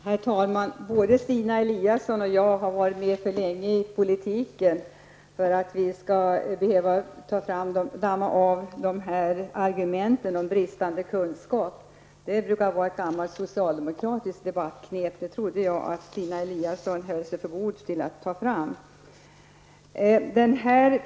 Herr talman! Både Stina Eliasson och jag har varit med så länge i politiken att vi inte behöver ta fram och damma av sådana argument som bristande kunskap. Det brukar vara ett gammalt socialdemokratiskt debattknep, som jag trodde att Stina Eliasson höll sig för god för att använda sig av.